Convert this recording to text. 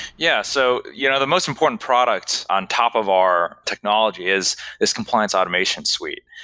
yeah. so you know the most important products on top of our technology is is compliance automation suite.